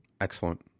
Excellent